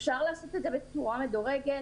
אפשר לעשות את זה בצורה מדורגת.